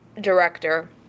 director